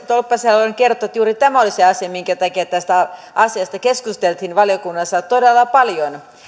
tolppaselle haluan kertoa että juuri tämä oli se asia minkä takia tästä asiasta keskusteltiin valiokunnassa todella paljon